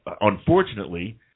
unfortunately –